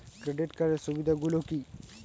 Credit কার্ডের সুবিধা গুলো কি?